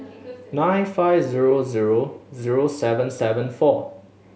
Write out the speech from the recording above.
nine five zero zero zero seven seven four